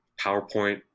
powerpoint